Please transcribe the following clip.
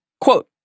Quote